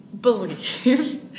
believe